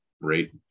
rate